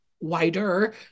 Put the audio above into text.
wider